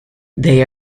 they